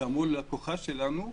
ואמרו ללקוחה שלנו: